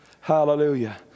Hallelujah